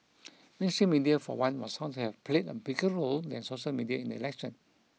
mainstream media for one was found have played a bigger role than social media in the election